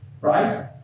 right